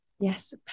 Yes